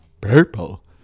Purple